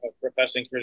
professing